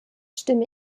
stimme